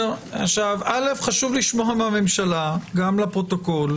חשוב לשמוע מהממשלה גם לפרוטוקול,